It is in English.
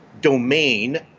domain